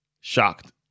shocked